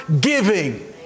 giving